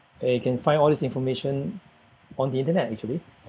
and you can find all this information on the internet actually